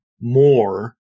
more